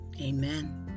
Amen